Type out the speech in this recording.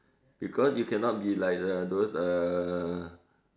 because you can not be uh those err